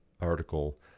article